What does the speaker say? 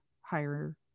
higher